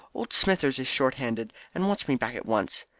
old smithers is short-handed, and wants me back at once.